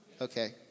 Okay